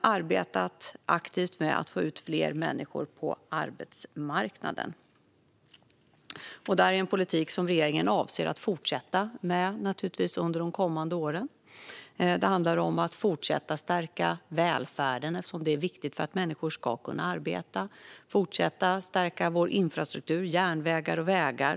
arbetat aktivt med att få ut fler människor på arbetsmarknaden. Detta är en politik som regeringen naturligtvis avser att fortsätta med under de kommande åren. Det handlar om att fortsätta stärka välfärden, eftersom det är viktigt för att människor ska kunna arbeta. Det handlar om att fortsätta stärka vår infrastruktur - järnvägar och vägar.